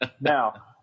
Now